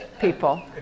people